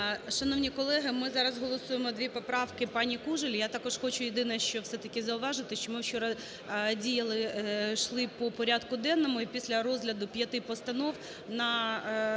Шановні колеги, ми зараз голосуємо дві поправки пані Кужель. Я також хочу єдине що все-таки зауважити, що ми вчора діяли, йшли по порядку денному і після розгляду п'яти постанов на